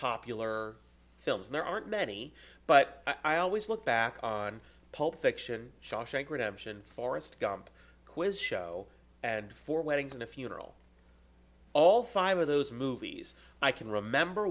popular films there aren't many but i always look back on pulp fiction shawshank redemption forrest gump quiz show and for weddings and a funeral all five of those movies i can remember